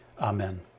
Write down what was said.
amen